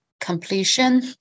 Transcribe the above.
completion